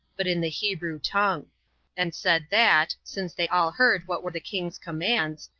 but in the hebrew tongue and said, that since they all heard what were the king's commands,